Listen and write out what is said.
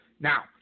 Now